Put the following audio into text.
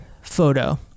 photo